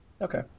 Okay